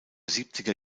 siebziger